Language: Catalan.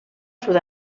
sud